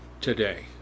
today